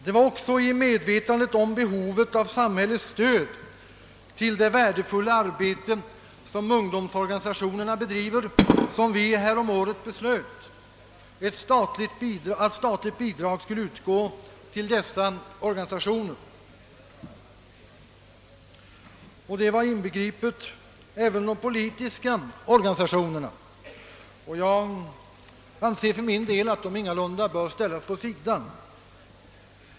Det var också i medvetande om behovet av samhällets stöd till det värdefulla arbete som ungdomsorganisationerna bedriver som vi häromåret beslöt att statligt bidrag skulle utgå till dessa. Även de politiska organisationerna var inbegripna, och jag anser för min del att de ingalunda bör ställas åt sidan.